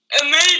amazing